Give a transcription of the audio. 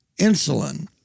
insulin